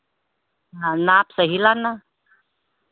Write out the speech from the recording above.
हाँ नाप सही लाना